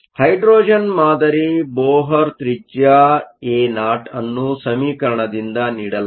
hydrogen ಮಾದರಿ Bohr ತ್ರಿಜ್ಯ ao ಅನ್ನು ಸಮೀಕರಣದಿಂದ ನೀಡಲಾಗಿದೆ